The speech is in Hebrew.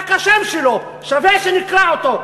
רק בגלל השם שלו שווה שנקרע אותו.